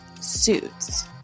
Suits